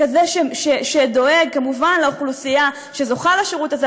כזה שדואג כמובן לאוכלוסייה שזוכה לשירות הזה,